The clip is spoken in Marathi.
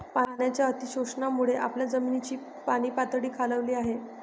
पाण्याच्या अतिशोषणामुळे आपल्या जमिनीची पाणीपातळी खालावली आहे